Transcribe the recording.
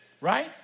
Right